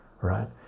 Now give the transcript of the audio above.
right